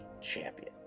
Champion